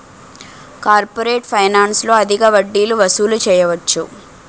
corporate ఫైనాన్స్లో అధిక వడ్డీలు వసూలు చేయవచ్చు